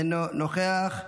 אינו נוכח.